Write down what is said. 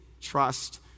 trust